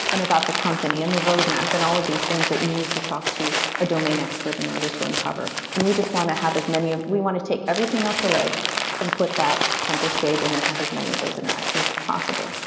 and about the company, and the roadmap, and all of these things that you need to talk to a domain expert in order to uncover we just want to have as many of we want to take everything else away and put that center stage and then have as many of those interactions as possible.